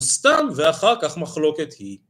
וסתם ואחר כך מחלוקת היא.